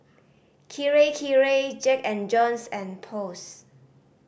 Kirei Kirei Jack and Jones and Post